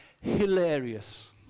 hilarious